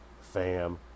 fam